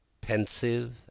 Pensive